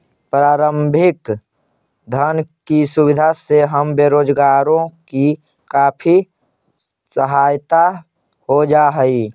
प्रारंभिक धन की सुविधा से हम बेरोजगारों की काफी सहायता हो जा हई